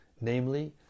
namely